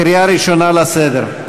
קריאה ראשונה לסדר.